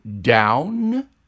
down